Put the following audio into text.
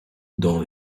dans